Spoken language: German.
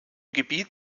gebiet